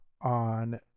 on